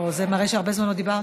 זה מראה שהרבה זמן לא דיברת.